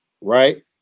right